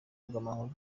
bw’amahoro